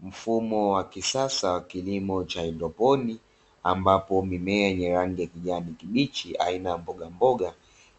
Mfumo wa kisasa wa kilimo cha haidroponi, ambapo mimea yenye rangi ya kijani kibichi aina ya mbogamboga